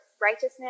righteousness